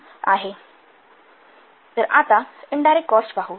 तर आता direct indirect cost पाहू